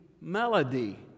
melody